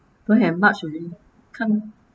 don't have much already can't